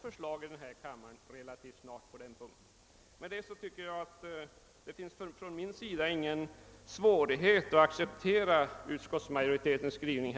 För min del har jag ingen svårighet att acceptera utskottsmajoritetens skrivning.